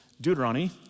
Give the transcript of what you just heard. Deuteronomy